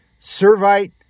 Servite